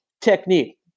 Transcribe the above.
technique